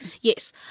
Yes